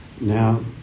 Now